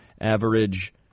Average